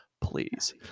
please